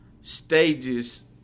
stages